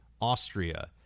Austria